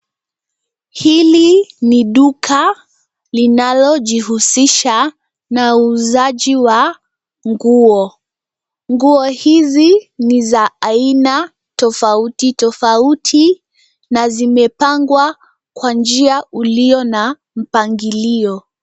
Hili ni duka linalojihusisha na uuzaji wa nguo. Nguo hizi ni za aina tofauti tofauti na zimepangwa kwa njia ulio na mpangilio.